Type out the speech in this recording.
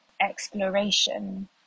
exploration